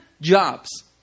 jobs